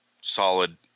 solid